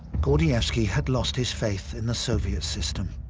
gordievsky had lost his faith in the soviet system.